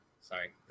sorry